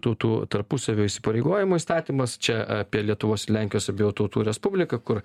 tautų tarpusavio įsipareigojimo įstatymas čia apie lietuvos lenkijos abiejų tautų respubliką kur